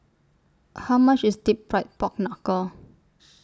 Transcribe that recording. How much IS Deep Fried Pork Knuckle